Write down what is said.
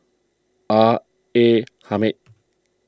R A Hamid